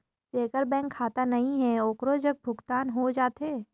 जेकर बैंक खाता नहीं है ओकरो जग भुगतान हो जाथे?